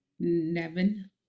Nevin